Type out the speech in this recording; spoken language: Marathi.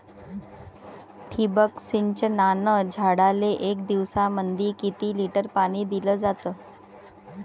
ठिबक सिंचनानं झाडाले एक दिवसामंदी किती लिटर पाणी दिलं जातं?